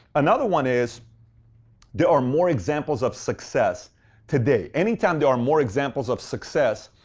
another one is there are more examples of success today. anytime there are more examples of success,